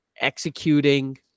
executing